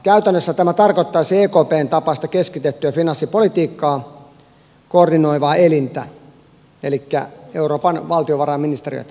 käytännössä tämä tarkoittaisi ekpn tapaista keskitettyä finanssipolitiikkaa koordinoivaa elintä elikkä euroopan valtiovarainministeriötä